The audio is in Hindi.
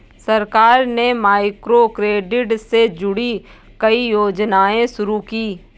सरकार ने माइक्रोक्रेडिट से जुड़ी कई योजनाएं शुरू की